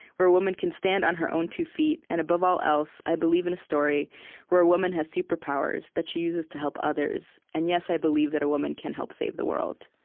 where woman can stand on her own two feet. and above all else, i believe in a story where a woman has superpowers that she uses to help others, and yes, i believe that a woman can help save the world.